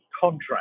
contract